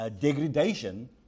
degradation